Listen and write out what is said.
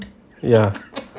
yeah